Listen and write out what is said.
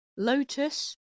Lotus